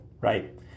right